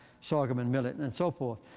sorghum and millet, and so forth.